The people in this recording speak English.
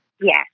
Yes